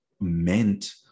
meant